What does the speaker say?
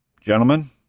gentlemen